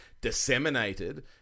disseminated